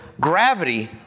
gravity